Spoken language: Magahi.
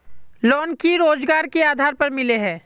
लोन की रोजगार के आधार पर मिले है?